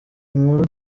inkuru